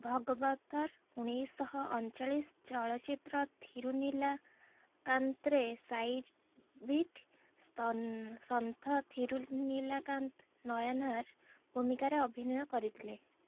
ଭଗବତର ଉଣେଇଶହ ଅଣଚାଳିଶ ଚଳଚ୍ଚିତ୍ର ଥିରୁନିଲାକାନ୍ତରେ ସାଇଭିଟ୍ ସ୍ତନ ସନ୍ଥ ଥିରୁନିଲାକାନ୍ତ ନୟାନାର ଭୂମିକାରେ ଅଭିନୟ କରିଥିଲେ